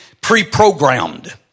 pre-programmed